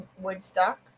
Woodstock